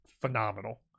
phenomenal